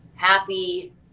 happy